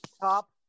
top